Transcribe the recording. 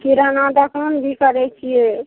किराना दोकान भी करै छियै